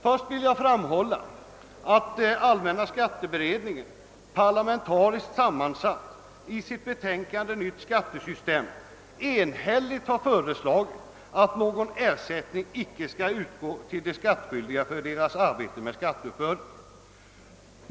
Jag vill framhålla att allmänna skatteberedningen — parlamentariskt sammansatt — i sitt betänkande Nytt skattesystem enhälligt har föreslagit att ingen ersättning skall utgå till de skattskyldiga för deras arbete med skatteuppbörden.